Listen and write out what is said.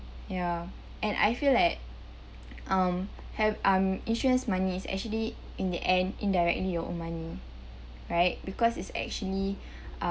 ya and I feel like um have um insurance money is actually in the end indirectly your own money right because it's actually uh